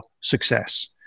success